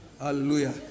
hallelujah